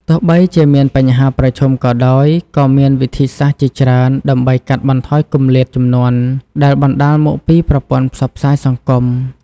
ទោះបីជាមានបញ្ហាប្រឈមក៏ដោយ ក៏មានវិធីសាស្រ្តជាច្រើនដើម្បីកាត់បន្ថយគម្លាតជំនាន់ដែលបណ្តាលមកពីប្រព័ន្ធផ្សព្វផ្សាយសង្គម។